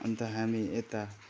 अन्त हामी यता